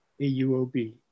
AUOB